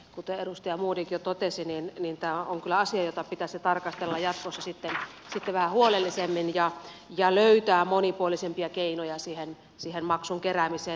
kuten edustaja modig jo totesi tämä on kyllä asia jota pitäisi tarkastella jatkossa sitten vähän huolellisemmin ja löytää monipuolisempia keinoja siihen maksun keräämiseen